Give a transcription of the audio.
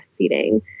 breastfeeding